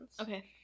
okay